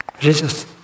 Jesus